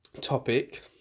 topic